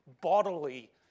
bodily